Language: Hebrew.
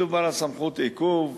מדובר על סמכות עיכוב.